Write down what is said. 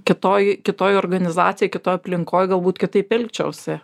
kitoj kitoj organizacijoj kitoj aplinkoj galbūt kitaip elgčiausi